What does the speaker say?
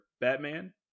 Batman